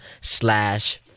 slash